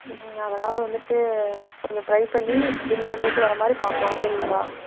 ம் அதனால் வந்துவிட்டு கொஞ்சம் ட்ரை பண்ணி வின் பண்ணிவிட்டு வரமாதிரி பார்க்கலாம் சரிங்களா